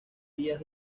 díaz